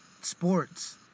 sports